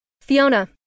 Fiona